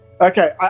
Okay